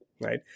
right